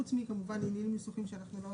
חוץ מענייני ניסוחים שאנחנו לא